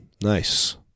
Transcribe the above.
Nice